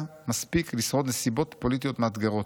מספיק לשרוד נסיבות פוליטיות מאתגרות.